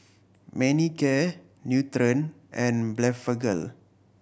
Manicare Nutren and Blephagel